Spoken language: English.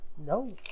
No